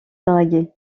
draguer